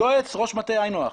יועץ, ראש מטה, היינו הך.